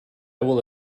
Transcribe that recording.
will